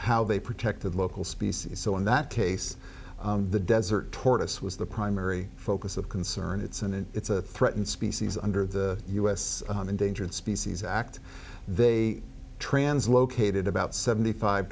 how they protected local species so in that case the desert tortoise was the primary focus of concern it's and it's a threatened species under the u s endangered species act they trans located about seventy five